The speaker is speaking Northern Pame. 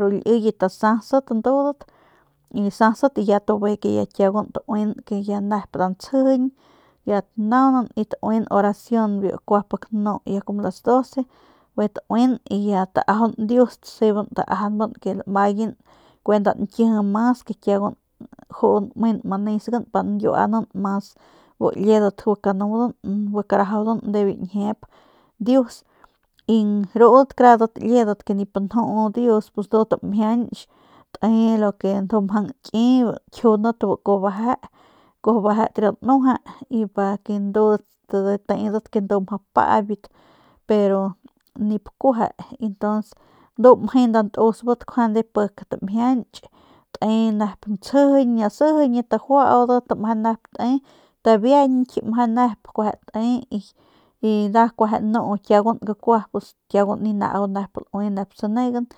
ru liyet sasat ndudat sasat y bijiy ke ya kiaugun tauin ya nep nda ntsjijiñ ya tanaunan tauin oracion biu kua pik nu ya kua como las doce bijiy taui ya taajaun dius taseban ke lamaygant kue nda nkiji mas ke kiaung njun nmen manesgan pa nkiuanan mas bu liedat gua kanudan gua karajaudan de biu ñjiep dius y rudat karat liedat ke nip nju dius pus ndu tamjianch te lo ke mjang nki biu njiundat bu kuaju beje kuaju beje tiriua danueje pa ke ndudat tedat ke ndudat mjau paybat pero nip kueje y ntuns ndu mje nda ntusbat njuande pik tamjianch te nep ntsjijiñ asijiñit ajuaudat meje nep te tabiañky kueje meje nep te y nda kueje nu kueje kakua kiugun ni nep nda laui nep sanegan.